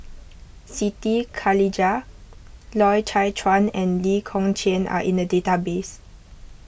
Siti Khalijah Loy Chye Chuan and Lee Kong Chian are in the database